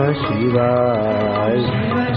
Shiva